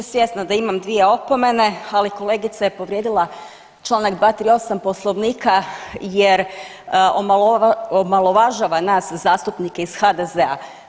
Svjesna da imam dvije opomene, ali kolegica je povrijedila čl. 238. poslovnika jer omalovažava nas zastupnike iz HDZ-a.